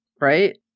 Right